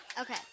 Okay